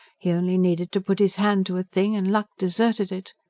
he only needed to put his hand to a thing, and luck deserted it.